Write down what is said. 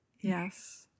Yes